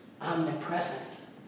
omnipresent